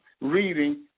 reading